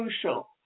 crucial